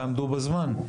תעמדו בזמן.